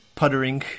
puttering